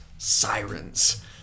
Sirens